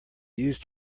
used